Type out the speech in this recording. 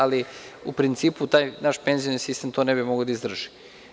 Ali, u principu, naš penzioni sistem to ne bi mogao da izdrži.